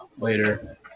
later